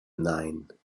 nein